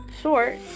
short